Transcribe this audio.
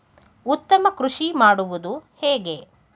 ಉತ್ತಮ ಕೃಷಿ ಮಾಡುವುದು ಹೇಗೆ?